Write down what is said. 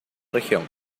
región